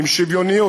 עם שוויוניות.